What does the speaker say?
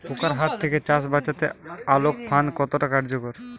পোকার হাত থেকে চাষ বাচাতে আলোক ফাঁদ কতটা কার্যকর?